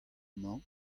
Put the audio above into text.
mañ